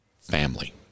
family